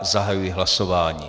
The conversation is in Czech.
Zahajuji hlasování.